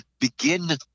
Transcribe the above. begin